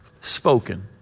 spoken